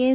N